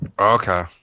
Okay